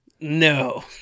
No